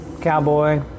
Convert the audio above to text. cowboy